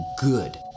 good